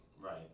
Right